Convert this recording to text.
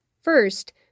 First